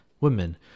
Women